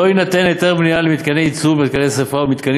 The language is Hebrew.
2. לא יינתן היתר בנייה למתקני ייצור ולמתקני שרפה ומתקנים